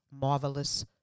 marvelous